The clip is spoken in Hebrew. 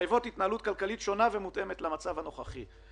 ומחייבות התנהלות כלכלית שונה ומותאמת למצב הנוכחי.